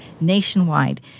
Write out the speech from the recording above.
nationwide